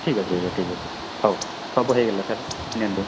ଠିକ୍ ଅଛି ଆଜ୍ଞା ଠିକ୍ ଅଛି ହଉ ସବୁ ହେଇଗଲା ସାର୍ ନିଅନ୍ତୁ